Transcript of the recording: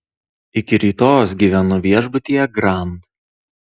iki rytojaus gyvenu viešbutyje grand